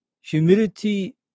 humidity